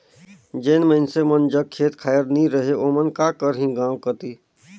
जेन मइनसे मन जग खेत खाएर नी रहें ओमन का करहीं गाँव कती